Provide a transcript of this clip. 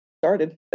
started